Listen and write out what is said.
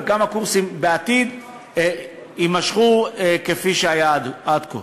וגם הקורסים בעתיד יימשכו כפי שהיה עד כה.